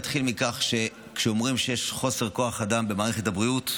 נתחיל מכך שכשאומרים שיש חוסר כוח אדם במערכת הבריאות,